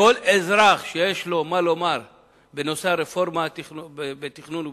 כל אזרח שיש לו מה לומר בנושא הרפורמה בהליכי התכנון והבנייה,